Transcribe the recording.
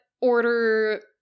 order